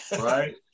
Right